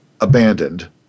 abandoned